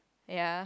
ya